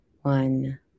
one